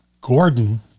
Gordon